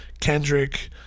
Kendrick